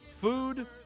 Food